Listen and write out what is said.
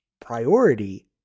priority